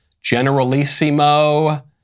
Generalissimo